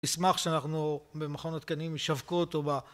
נשמח שאנחנו במכונות קניים משווקות או